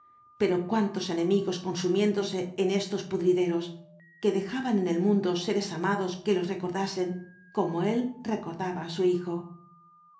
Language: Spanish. pero cuántos enemigos consumiéndose en estos pudrideros que dejaban en el mundo seres amados que los recordasen como él recordaba á su hijo